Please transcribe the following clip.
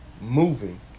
moving